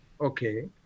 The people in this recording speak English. Okay